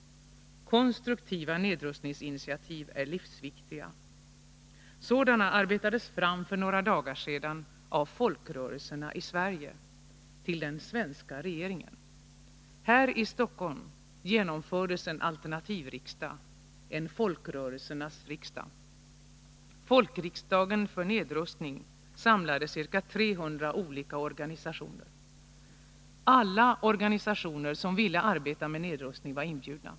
Konstruktiva nedrustningsinitiativ är livsviktiga. Sådana arbetades fram för några dagar sedan av folkrörelserna i Sverige, och lämnades till den svenska regeringen. Här i Stockholm genomfördes en alternativ riksdag, en Alla organisationer som ville arbeta med nedrustning var inbjudna.